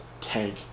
tank